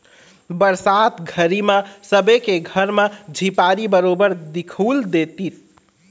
बरसात घरी म सबे के घर म झिपारी बरोबर दिखउल देतिस